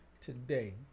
Today